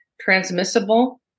transmissible